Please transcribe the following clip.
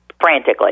frantically